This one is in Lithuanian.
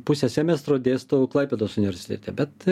pusę semestro dėstau klaipėdos universitete bet